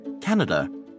Canada